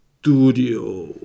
studio